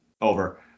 Over